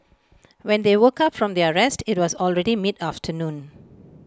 when they woke up from their rest IT was already mid afternoon